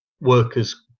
workers